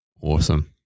Awesome